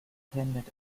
attended